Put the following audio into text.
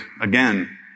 again